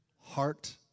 heart